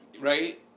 Right